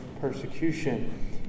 persecution